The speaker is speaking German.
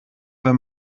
wenn